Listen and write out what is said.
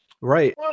Right